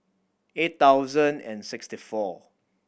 eight thousand and sixty four